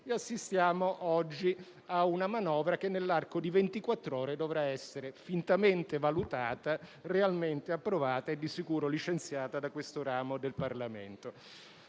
assistiamo oggi a una manovra che nell'arco di ventiquattr'ore dovrà essere fintamente valutata, realmente approvata e di sicuro licenziata da questo ramo del Parlamento.